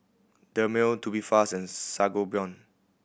Dermale Tubifast and Sangobion